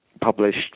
published